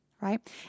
right